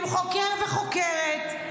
עם חוקר וחוקרת.